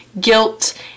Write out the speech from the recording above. guilt